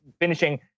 finishing